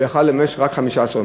הוא יכול היה לממש רק 15 יום.